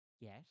Yes